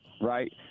right